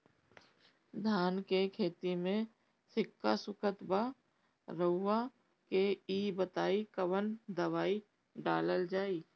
धान के खेती में सिक्का सुखत बा रउआ के ई बताईं कवन दवाइ डालल जाई?